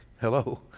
Hello